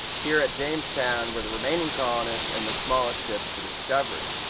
here at jamestown were the remaining colonists and the smallest ship, the discovery.